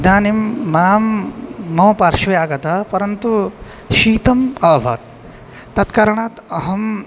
इदानीं मां मम पार्श्वे आगतं परन्तु शीतम् अभवत् तत्कारणात् अहम्